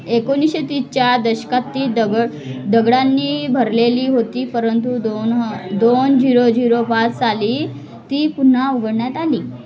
एकोणीसशे तीसच्या दशकातील दगड दगडांनी भरलेली होती परंतु दोन ह दोन झिरो झिरो पाच साली ती पुन्हा उघडण्यात आली